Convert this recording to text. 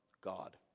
God